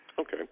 Okay